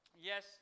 yes